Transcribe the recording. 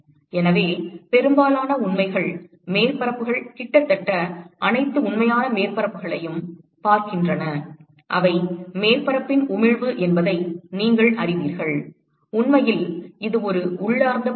எனவே பெரும்பாலான உண்மையான மேற்பரப்புகள் கிட்டத்தட்ட அனைத்து உண்மையான மேற்பரப்புகளையும் பார்க்கின்றன அவை மேற்பரப்பின் உமிழ்வு என்பதை நீங்கள் அறிவீர்கள் உண்மையில் இது ஒரு உள்ளார்ந்த பண்பு